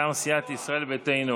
מטעם סיעת ישראל ביתנו